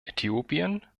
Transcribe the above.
äthiopien